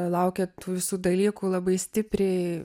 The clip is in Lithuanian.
laukia tų visų dalykų labai stipriai